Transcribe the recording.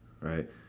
right